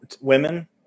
women